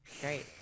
great